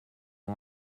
how